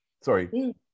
sorry